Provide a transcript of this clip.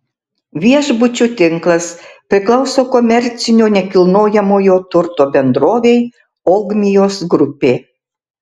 viešbučių tinklas priklauso komercinio nekilnojamojo turto bendrovei ogmios grupė